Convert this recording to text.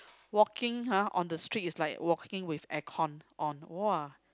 walking ha on the street is like walking with air conditioning on !wah!